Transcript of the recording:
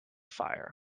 fire